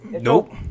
Nope